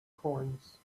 coins